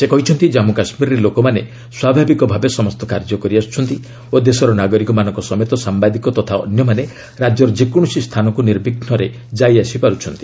ସେ କହିଛନ୍ତି ଜନ୍ମୁ କାଶ୍ମୀରରେ ଲୋକମାନେ ସ୍ୱଭାବିକ ଭାବେ ସମସ୍ତ କାର୍ଯ୍ୟ କରିଆସ୍ବଛନ୍ତି ଓ ଦେଶର ନାଗରିକମାନଙ୍କ ସମେତ ସାମ୍ବାଦିକ ତଥା ଅନ୍ୟମାନେ ରାଜ୍ୟର ଯେକୌଣସି ସ୍ଥାନକୁ ନିର୍ବିଘୁରେ ଯାଇଆସି ପାରୁଛନ୍ତି